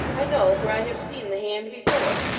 i know, for i have seen the hand before.